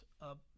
up